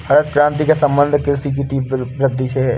हरित क्रान्ति का सम्बन्ध कृषि की तीव्र वृद्धि से है